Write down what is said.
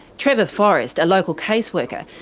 trevor forest, a local case worker,